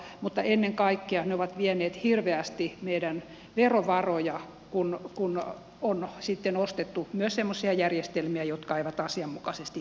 mutta ennen kaikkea ne ovat vieneet hirveästi meidän verovarojamme kun on sitten ostettu myös semmoisia järjestelmiä jotka eivät asianmukaisesti toimi